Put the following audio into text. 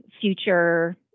future